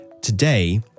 Today